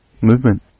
movement